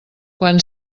quan